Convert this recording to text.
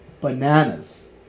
bananas